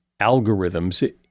algorithms